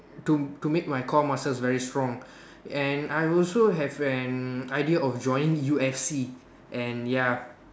to to make my core muscles very strong and I also have an idea of joining U_F_C and ya